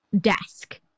desk